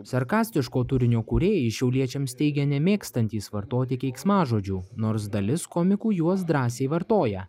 sarkastiško turinio kūrėjai šiauliečiams teigia nemėgstantys vartoti keiksmažodžių nors dalis komikų juos drąsiai vartoja